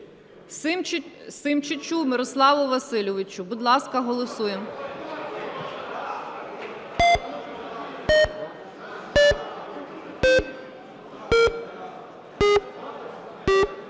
Симчичу Мирославу Васильовичу. Будь ласка, голосуємо.